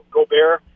Gobert